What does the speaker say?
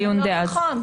זה לא נכון.